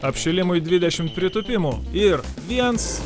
apšilimui dvidešim pritūpimų ir viens